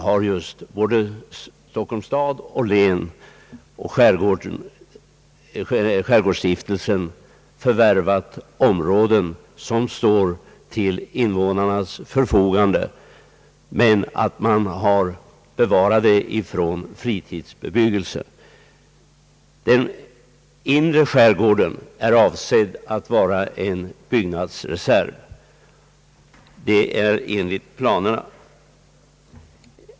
Där har Stockholms stad och län samt skärgårdsstiftelsen förvärvat områden som står till innevånarnas förfogande. Man vill bevara dessa områden för fritidsbebyggelse. Den inre skärgården är enligt planerna avsedd att vara en byggnadsreserv för permanent bebyggelse.